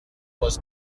was